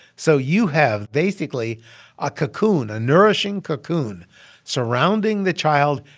so you have basically a cocoon, a nourishing cocoon surrounding the child,